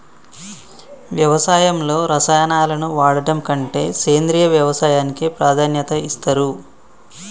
వ్యవసాయంలో రసాయనాలను వాడడం కంటే సేంద్రియ వ్యవసాయానికే ప్రాధాన్యత ఇస్తరు